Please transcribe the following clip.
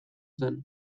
zen